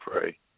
pray